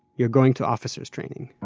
you're going to officer's' training.